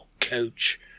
coach